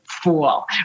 fool